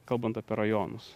kalbant apie rajonus